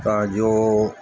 तव्हांजो